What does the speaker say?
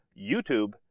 YouTube